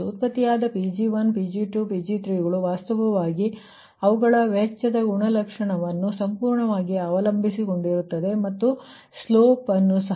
ಉತ್ಪತ್ತಿಯಾದ Pg1 Pg2 Pg3ಗಳು ವಾಸ್ತವವಾಗಿ ಅವುಗಳ ವೆಚ್ಚದ ಗುಣಲಕ್ಷಣವನ್ನು ಸಂಪೂರ್ಣವಾಗಿ ಅವಲಂಬಿಸಿರುತ್ತದೆ ಮತ್ತು ಸ್ಲೋಪ್ ಅನ್ನು ಸಹ